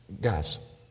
Guys